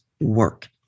work